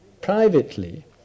privately